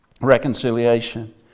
reconciliation